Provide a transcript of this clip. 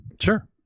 Sure